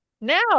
Now